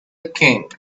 king